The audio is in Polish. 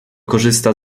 korzysta